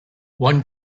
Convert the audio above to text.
one